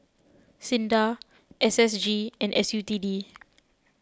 Sinda S S G and S U T D